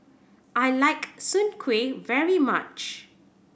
I like soon kway very much